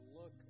look